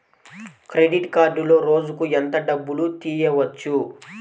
Credit కార్డులో రోజుకు ఎంత డబ్బులు తీయవచ్చు?